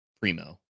primo